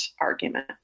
argument